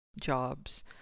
jobs